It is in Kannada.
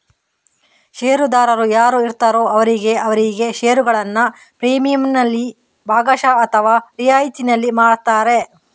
ಷೇರುದಾರರು ಯಾರು ಇರ್ತಾರೋ ಅವರಿಗೆ ಅವರಿಗೆ ಷೇರುಗಳನ್ನ ಪ್ರೀಮಿಯಂನಲ್ಲಿ ಭಾಗಶಃ ಅಥವಾ ರಿಯಾಯಿತಿನಲ್ಲಿ ಮಾರ್ತಾರೆ